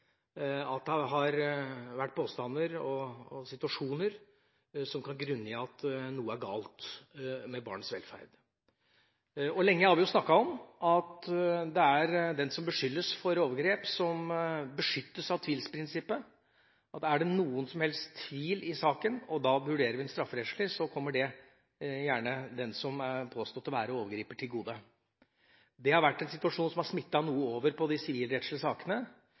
at det har vært påstander og situasjoner som kan grunngi at noe er galt med velferden til barnet. Lenge har vi snakket om at det er den som beskyldes for overgrep, som beskyttes av tvilsprinsippet, at er det noen som helst tvil i saken, og vi da vurderer den strafferettslig, kommer det gjerne den som påstås å være overgriper, til gode. Det har vært en situasjon som har smittet noe over på de sivilrettslige sakene.